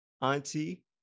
auntie